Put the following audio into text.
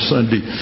Sunday